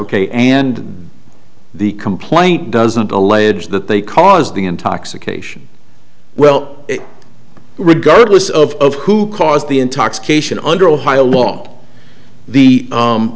ok and the complaint doesn't allege that they caused the intoxication well regardless of who caused the intoxication under ohio law the